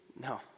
No